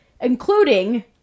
including